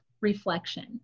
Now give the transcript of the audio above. reflection